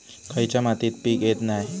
खयच्या मातीत पीक येत नाय?